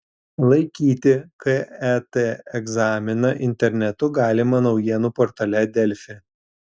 laikyti ket egzaminą internetu galima naujienų portale delfi